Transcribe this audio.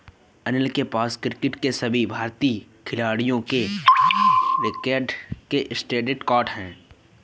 अनिल के पास क्रिकेट के सभी भारतीय खिलाडियों के रिकॉर्ड के स्टेटिस्टिक्स है